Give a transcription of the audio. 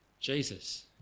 Jesus